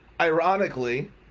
Ironically